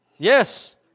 Yes